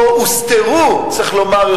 או הוסתרו צריך לומר,